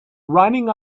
running